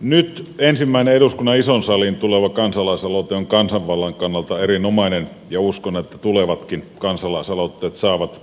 nyt ensimmäinen eduskunnan isoon saliin tuleva kansalaisaloite on kansanvallan kannalta erinomainen ja uskon että tulevatkin kansalaisaloitteet saavat